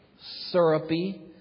syrupy